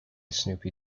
snoopy